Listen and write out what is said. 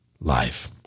life